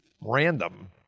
random